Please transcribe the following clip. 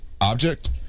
Object